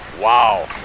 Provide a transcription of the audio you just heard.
Wow